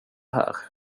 här